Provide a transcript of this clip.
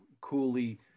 coolly